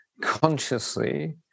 consciously